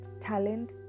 talent